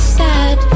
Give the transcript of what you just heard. sad